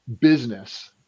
business